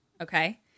okay